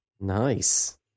nice